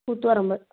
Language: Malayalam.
കൂത്തുപ്പറമ്പ്